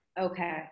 Okay